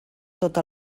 tot